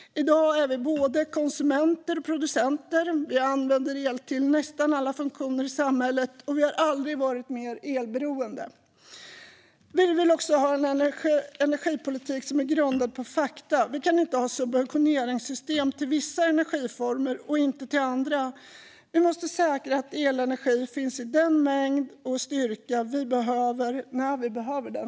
I dag är vi både konsumenter och producenter. Vi använder el till nästan alla funktioner i samhället, och vi har aldrig varit mer elberoende. Vi vill också att energipolitiken ska vara grundad på fakta. Det kan inte finnas subventioneringssystem till vissa energiformer och inte till andra. Vi måste säkra att elenergi finns i den mängd och den styrka vi behöver när vi behöver den.